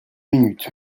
minutes